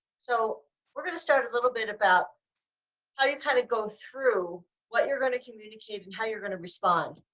so we're gonna start a little bit about how you kind of go through what you're gonna communicate and how you're gonna respond.